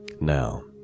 Now